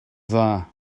dda